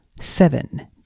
seven